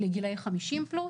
ירדנו לגילאי 50 פלוס,